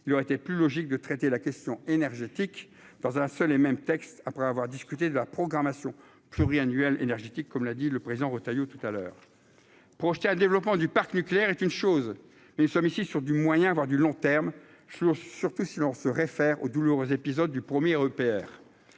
il aurait été plus logique de traiter la question énergétique dans un seul et même texte après avoir discuté de la programmation pluriannuelle énergétique, comme l'a dit le président Retailleau tout à l'heure, projeté un développement du parc nucléaire est une chose, les sommes ici sur du moyen voire du long terme, sur, surtout si l'on se réfère aux douloureux épisode du 1er EPR